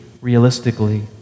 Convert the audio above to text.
realistically